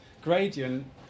gradient